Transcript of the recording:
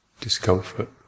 discomfort